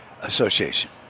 Association